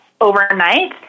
overnight